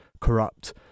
corrupt